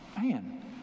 Man